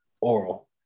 oral